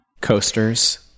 Coasters